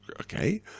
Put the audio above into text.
okay